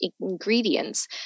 ingredients